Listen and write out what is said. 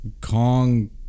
Kong